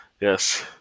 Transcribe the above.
Yes